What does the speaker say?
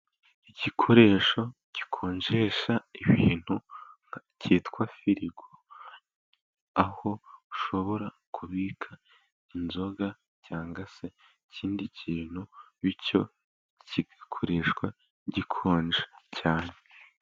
Igikoresho gikonjesha ibintu cyitwa firigo. Aho ushobora kubika inzoga cyangwa se ikindi kintu, bityo kigakoreshwa gikonje cyane.